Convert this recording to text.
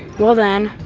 well then,